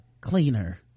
cleaner